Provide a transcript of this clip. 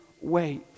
wait